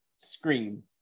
Scream